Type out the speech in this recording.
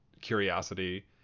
curiosity